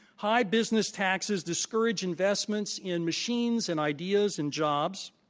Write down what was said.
high business taxes discourage investments in machines and ideas and jobs.